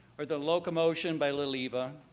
or the loco-motion by lil eva,